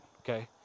okay